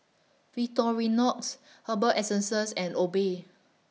Victorinox Herbal Essences and Obey